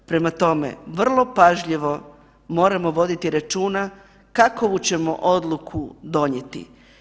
Prema tome, vrlo pažljivo moramo voditi računa kakovu ćemo odluku donijeti.